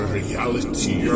reality